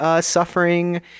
suffering